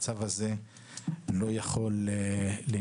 המצב הזה לא יכול להימשך.